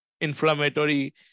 inflammatory